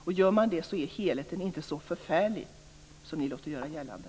Om man gör det ser man att helheten inte är så förfärlig som ni låter göra gällande.